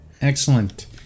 Excellent